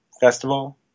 festival